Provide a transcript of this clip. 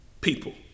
people